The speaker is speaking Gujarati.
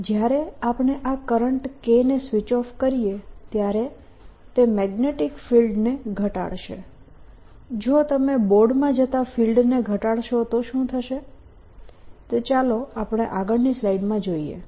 જ્યારે આપણે આ કરંટ K ને સ્વિચ ઓફ કરીએ ત્યારે તે મેગ્નેટીક ફિલ્ડને ઘટાડશે જો તમે બોર્ડમાં જતા ફિલ્ડને ઘટાડશો તો શું થશે તે ચાલો આપણે આગળની સ્લાઈડમાં જોઈએ